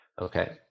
Okay